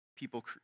people